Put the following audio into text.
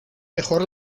mejor